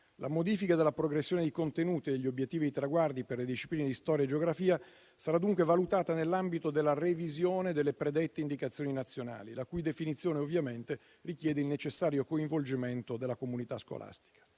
La modifica della progressione dei contenuti, degli obiettivi e dei traguardi per le discipline di storia e geografia sarà dunque valutata nell'ambito della revisione delle predette indicazioni nazionali, la cui definizione richiede, ovviamente, il necessario coinvolgimento della comunità scolastica.